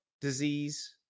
disease